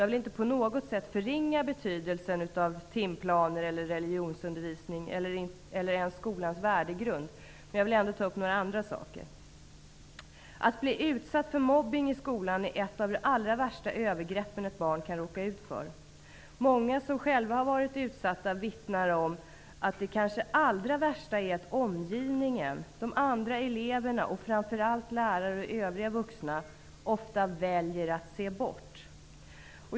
Jag vill inte på något sätt förringa betydelsen av timplaner, religionsundervisning eller ens skolans värdegrund, men jag vill ändock ta upp ett par andra saker: Att bli utsatt för mobbning i skolan är ett av de allra värsta övergreppen ett barn kan råka ut för. Många som själva har varit utsatta vittnar också om att det kanske allra värsta är att omgivningen, de andra eleverna men kanske framför allt lärare och övriga vuxna, ofta väljer att se bort.